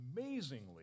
amazingly